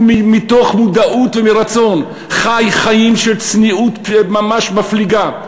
מתוך מודעות ומרצון הוא חי חיים של צניעות ממש מפליגה.